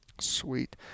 sweet